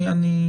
אני.